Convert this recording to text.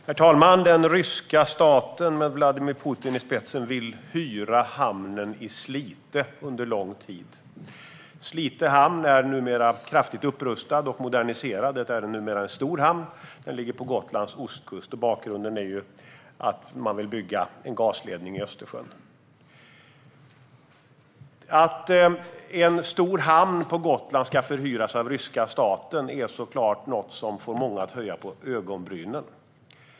Herr talman! Den ryska staten med Vladimir Putin i spetsen vill hyra hamnen i Slite under lång tid. Slite hamn är kraftigt upprustad och moderniserad och är numera en stor hamn. Den ligger på Gotlands ostkust, och bakgrunden är att man vill bygga en gasledning i Östersjön. Att en stor hamn på Gotland ska hyras av ryska staten är självfallet något som får många att höja på ögonbrynen.